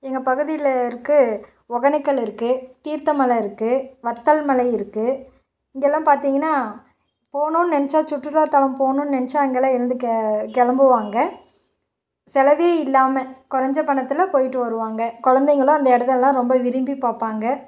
எங்கள் பகுதியில் இருக்குது ஒகேனக்கல் இருக்குது தீர்த்த மலை இருக்குது வத்தல் மலை இருக்குது இங்கெல்லாம் பார்த்தீங்கனா போகணுன்னு நினைச்சா சுற்றுலாத்தலம் போகணுன்னு நினைச்சா இங்கெல்லாம் இருந்து கிளம்புவாங்க செலவே இல்லாமல் குறைஞ்ச பணத்தில் போய்விட்டு வருவாங்க குழந்தைங்களும் அந்த இடத்தை எல்லாம் ரொம்ப விரும்பி பார்ப்பாங்க